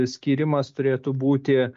skyrimas turėtų būti